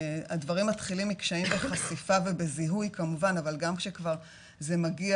הדברים מתחילים מקשיים בחשיפה ובזיהוי כמובן אבל גם שכבר זה מגיע